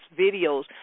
videos